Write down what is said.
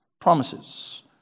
promises